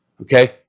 okay